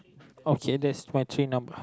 okay that's matching number